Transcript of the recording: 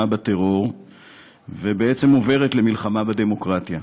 בטרור ובעצם עוברת למלחמה בדמוקרטיה.